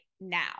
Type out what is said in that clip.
now